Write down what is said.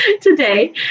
today